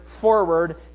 forward